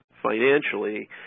financially